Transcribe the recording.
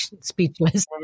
speechless